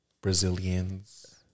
Brazilians